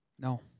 no